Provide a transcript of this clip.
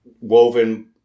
woven